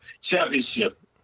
championship